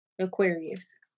Aquarius